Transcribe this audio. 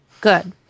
good